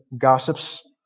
gossips